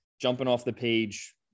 jumping-off-the-page